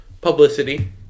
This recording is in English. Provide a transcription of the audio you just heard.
Publicity